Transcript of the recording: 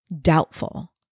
doubtful